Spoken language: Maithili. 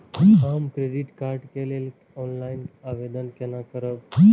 हम क्रेडिट कार्ड के लेल ऑनलाइन आवेदन केना करब?